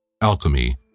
Alchemy